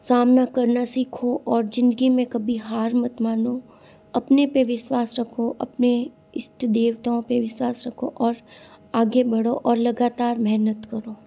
सामना करना सीखो और ज़िंदगी में कभी हार मत मानो अपने पर विश्वास रखो अपने ईष्ट देवताओं पर विश्वास रखो और आगे बढ़ो और लगातार मेहनत करो